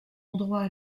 endroit